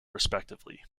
respectively